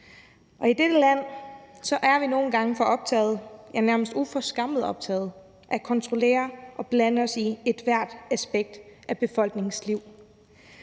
I dette land er vi nogle gange for optaget, ja, nærmest uforskammet optaget af at kontrollere og blande os i ethvert aspekt af befolkningens liv.